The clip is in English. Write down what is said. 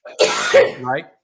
right